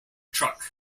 truck